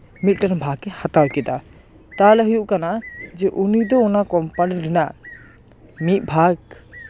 ᱢᱤᱫᱴᱮᱱ ᱵᱷᱟᱜᱮᱭ ᱦᱟᱛᱟᱣ ᱠᱮᱫᱟ ᱛᱟᱞᱦᱮ ᱦᱩᱭᱩᱜ ᱠᱟᱱᱟ ᱡᱮ ᱩᱱᱤ ᱫᱚ ᱚᱱᱟ ᱠᱳᱢᱯᱟᱱᱤ ᱨᱮᱱᱟᱜ ᱢᱤᱫ ᱵᱷᱟᱜᱽ